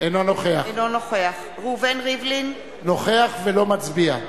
אינו נוכח ראובן ריבלין, נוכח ולא מצביע.